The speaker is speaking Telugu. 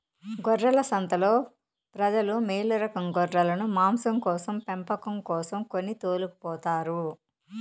గొర్రెల సంతలో ప్రజలు మేలురకం గొర్రెలను మాంసం కోసం పెంపకం కోసం కొని తోలుకుపోతారు